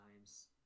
times